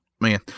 man